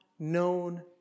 Known